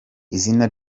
izina